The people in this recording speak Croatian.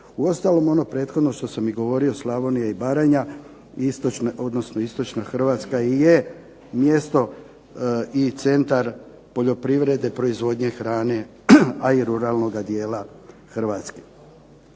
Uostalom, ono prethodno što sam i govorio Slavonija i Baranja, odnosno istočna Hrvatska je mjesto i centar poljoprivrede, proizvodnje hrane a i ruralnog dijela Hrvatske.